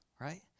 right